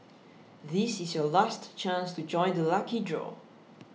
this is your last chance to join the lucky draw